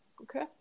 Okay